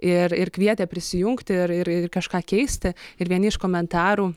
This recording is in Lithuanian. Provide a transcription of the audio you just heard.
ir ir kvietė prisijungti ir ir ir kažką keisti ir vieni iš komentarų